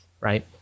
right